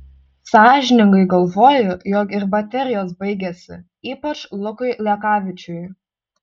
sąžiningai galvoju jog ir baterijos baigėsi ypač lukui lekavičiui